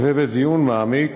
ובדיון מעמיק,